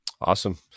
Awesome